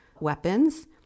weapons